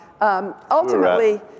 Ultimately